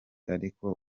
ariko